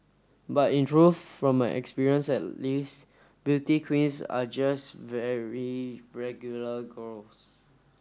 but in truth from my experience at least beauty queens are just very regular girls